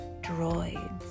droids